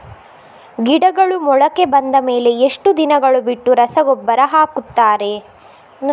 ಗಿಡಗಳು ಮೊಳಕೆ ಬಂದ ಮೇಲೆ ಎಷ್ಟು ದಿನಗಳು ಬಿಟ್ಟು ರಸಗೊಬ್ಬರ ಹಾಕುತ್ತಾರೆ?